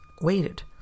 waited